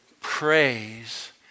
Praise